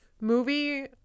movie